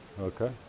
Okay